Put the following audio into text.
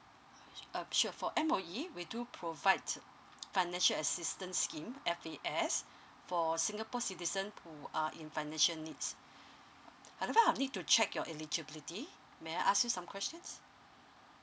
um sure for M_O_E we do provide financial assistance scheme F_A_S for singapore citizen who are in financial needs however I need to check your eligibility may I ask you some questions